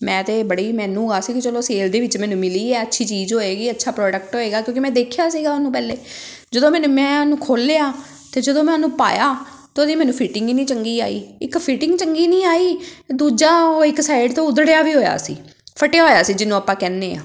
ਮੈਂ ਤਾਂ ਬੜੀ ਮੈਨੂੰ ਆ ਸੀ ਕਿ ਚਲੋ ਸੇਲ ਦੇ ਵਿੱਚ ਮੈਨੂੰ ਮਿਲੀ ਹੈ ਅੱਛੀ ਚੀਜ਼ ਹੋਏਗੀ ਅੱਛਾ ਪ੍ਰੋਡਕਟ ਹੋਏਗਾ ਕਿਉਂਕਿ ਮੈਂ ਦੇਖਿਆ ਸੀਗਾ ਉਹਨੂੰ ਪਹਿਲੇ ਜਦੋਂ ਮੈਨੇ ਮੈਂ ਉਹਨੂੰ ਖੋਲ੍ਹਿਆ ਅਤੇ ਜਦੋਂ ਮੈਂ ਉਹਨੂੰ ਪਾਇਆ ਤਾਂ ਉਹਦੀ ਮੈਨੂੰ ਫਿਟਿੰਗ ਹੀ ਨਹੀਂ ਚੰਗੀ ਆਈ ਇੱਕ ਫਿਟਿੰਗ ਚੰਗੀ ਨਹੀਂ ਆਈ ਦੂਜਾ ਉਹ ਇੱਕ ਸਾਈਡ ਤੋਂ ਉਧੜਿਆ ਵੀ ਹੋਇਆ ਸੀ ਫਟਿਆ ਹੋਇਆ ਸੀ ਜਿਹਨੂੰ ਆਪਾਂ ਕਹਿੰਦੇ ਹਾਂ